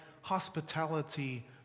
hospitality